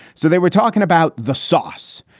so they were talking about the source,